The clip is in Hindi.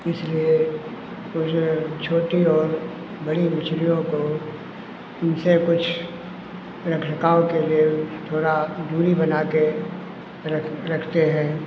इसलिए वो जो छोटी और बड़ी मछलियों को उनसे कुछ रख रखाव के लिए ऊ थोड़ा दूरी बना के रख रखते हैं